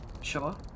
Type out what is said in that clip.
Sure